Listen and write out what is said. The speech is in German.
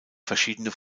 verschiedene